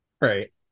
right